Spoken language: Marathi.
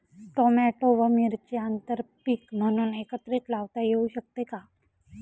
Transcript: टोमॅटो व मिरची आंतरपीक म्हणून एकत्रित लावता येऊ शकते का?